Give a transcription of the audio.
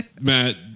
Matt